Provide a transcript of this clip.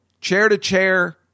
chair-to-chair